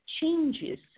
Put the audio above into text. changes